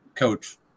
Coach